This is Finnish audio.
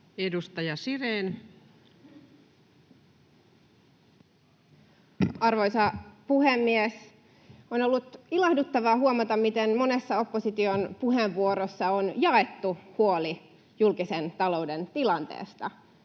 Content: Arvoisa puhemies! On ollut ilahduttavaa huomata, miten monessa opposition puheenvuorossa on jaettu huoli julkisen talouden tilanteesta.